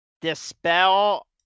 Dispel